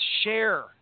share